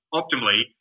optimally